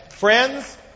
Friends